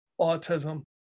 autism